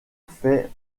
fait